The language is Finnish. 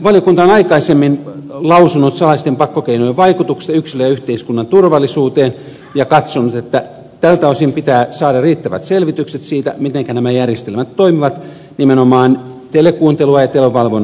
valiokunta on aikaisemmin lausunut salaisten pakkokeinojen vaikutuksesta yksilön ja yhteiskunnan turvallisuuteen ja katsonut että tältä osin pitää saada riittävät selvitykset siitä mitenkä nämä järjestelmät toimivat nimenomaan telekuuntelun ja televalvonnan osalta